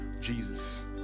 Jesus